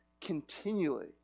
continually